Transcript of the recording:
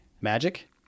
magic